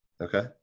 Okay